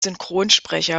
synchronsprecher